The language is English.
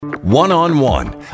One-on-one